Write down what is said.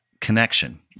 connection